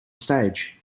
stage